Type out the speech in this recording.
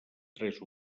tres